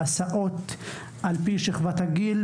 ההסעות על ידי הפרדה לפי שכבת גיל,